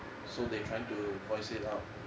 so they trying to voice it out